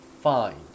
fine